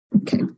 Okay